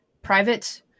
private